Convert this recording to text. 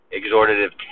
exhortative